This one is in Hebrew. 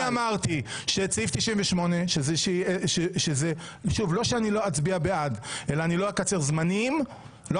אמרתי שסעיף 98 - לא שלא אצביע בעד אלא שלא אקצר זמנים.